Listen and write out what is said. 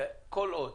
שכל עוד